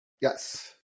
Yes